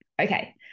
Okay